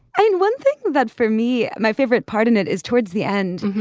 and one thing that for me my favorite part in it is towards the end.